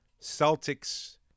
Celtics